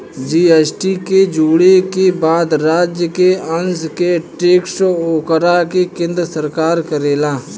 GST के जोड़े के बाद राज्य के अंस के टैक्स ओकरा के केन्द्र सरकार करेले